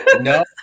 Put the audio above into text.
No